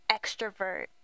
extrovert